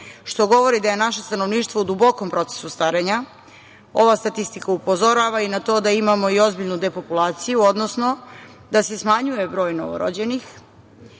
što govori da je naše stanovništvo u dubokom procesu starenja. Ova statistika upozorava i na to da imamo i ozbiljnu depopulaciju, odnosno da se smanjuje broj novorođenih.